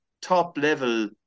top-level